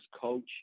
coach